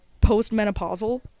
post-menopausal